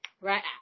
Right